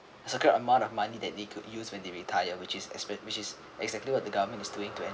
a secured amount of money that they could use when they retire which is expe~ which is exactly what the government is doing to